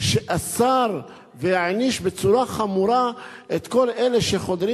שאסר והעניש בצורה חמורה את כל אלה שחודרים